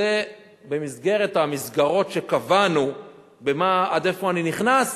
זה במסגרת המסגרות שקבענו עד איפה אני נכנס.